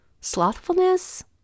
slothfulness